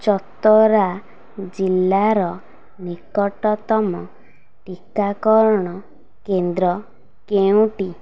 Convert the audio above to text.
ଚତରା ଜିଲ୍ଲାର ନିକଟତମ ଟିକାକରଣ କେନ୍ଦ୍ର କେଉଁଟି